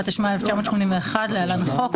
התשמ"א11981- (להלן-החוק),